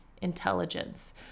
intelligence